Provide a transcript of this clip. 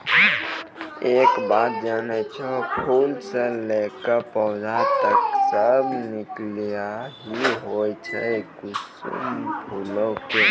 एक बात जानै छौ, फूल स लैकॅ पौधा तक सब नुकीला हीं होय छै कुसमी फूलो के